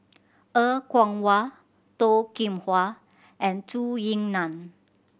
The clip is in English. Er Kwong Wah Toh Kim Hwa and Zhou Ying Nan